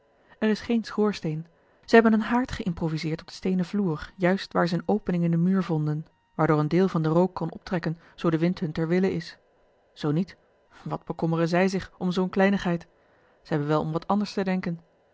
er is geen schoorsteen zij hebben een haard geïmproviseerd op den steenen vloer juist waar zij eene opening in den muur vonden waardoor een deel van den rook kon optrekken zoo de wind hun ter wille is zoo niet wat bekommeren zij zich om zoo'n kleinigheid ze hebben wel om wat anders te denken